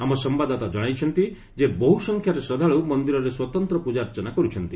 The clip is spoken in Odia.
ଆମ ସମ୍ଭାଦଦାତା ଜଣାଇଛି ଯେ ବହୁସଂଖ୍ୟାରେ ଶ୍ରଦ୍ଧାଳୁ ମନ୍ଦିରରେ ସ୍ୱତନ୍ତ୍ର ପୂଜାର୍ଚ୍ଚନା କରୁଛନ୍ତି